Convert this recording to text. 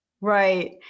right